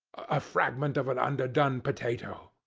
a fragment of an underdone potato.